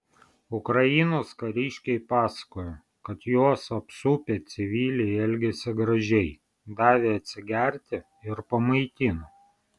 ukrainos kariškiai pasakojo kad juos apsupę civiliai elgėsi gražiai davė atsigerti ir pamaitino